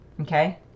Okay